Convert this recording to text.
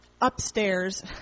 upstairs